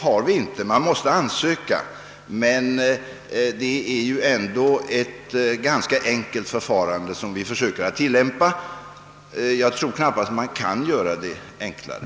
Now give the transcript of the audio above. Man måste visserligen lämna in en ansökan, men det är ändå ett ganska enkelt förfarande som tilllämpas, och jag tror knappast att det kan göras enklare.